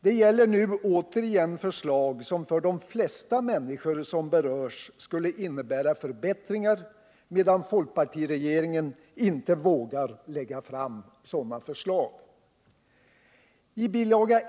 Det gäller nu återigen förslag som för de flesta människor som berörs skulle innebära förbättringar, medan folkpartiregeringen inte vågar lägga fram sådana förslag. I bil.